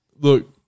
look